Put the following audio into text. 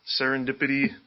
serendipity